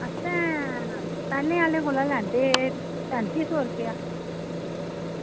अस पैह्लें आह्ले कोला लैंदे हे पैंती सौ रपेआ